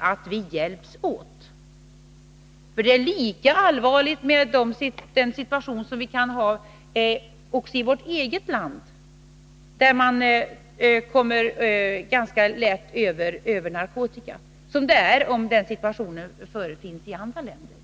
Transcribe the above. att vi hjälps åt, för situationen är lika allvarlig när det gäller vårt land — där man ganska lätt kommer över narkotika — som när det gäller andra länder.